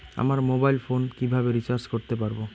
আমার mobile phone কিভাবে recharge করতে পারব?